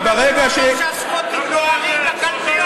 כי ברגע, קמרון לא אמר שהסקוטים נוהרים לקלפיות.